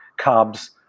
carbs